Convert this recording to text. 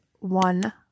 one